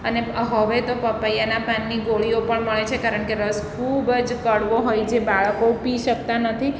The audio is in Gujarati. અને હવે તો પપૈયાના પાનની ગોળીઓ પણ મળે છે કારણ કે રસ ખૂબ જ કડવો હોય છે બાળકો પી શકતા નથી